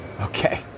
okay